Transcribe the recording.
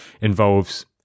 involves